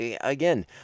again